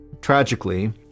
Tragically